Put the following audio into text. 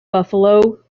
buffalo